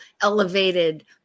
elevated